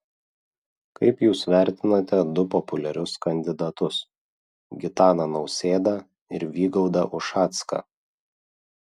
kaip jūs vertinate du populiarius kandidatus gitaną nausėdą ir vygaudą ušacką